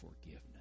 forgiveness